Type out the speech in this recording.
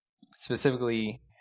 specifically